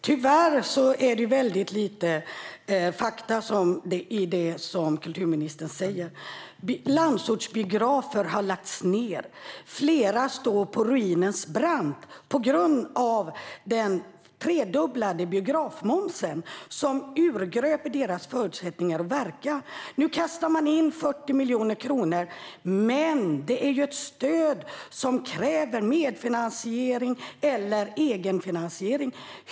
Herr talman! Tyvärr är det väldigt lite fakta i det som kulturministern säger. Landsortsbiografer har lagts ned. Flera landsortsbiografer står på ruinens brant på grund av att den tredubblade biografmomsen urgröper deras förutsättningar att verka. Nu kastar man in 40 miljoner kronor, men det stödet kräver medfinansiering eller egenfinansiering.